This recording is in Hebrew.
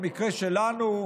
במקרה שלנו,